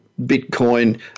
Bitcoin